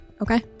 Okay